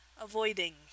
avoiding